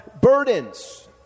burdens